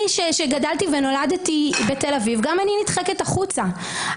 אני נולדתי וגדלתי בתל-אביב וגם אני נדחקת החוצה.